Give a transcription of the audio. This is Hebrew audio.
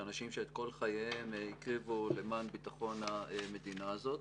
זה אנשים שאת כל חייהם הקריבו למען ביטחון המדינה הזאת,